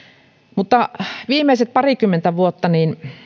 viimeiset parikymmentä vuotta